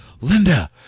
Linda